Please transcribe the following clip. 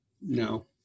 No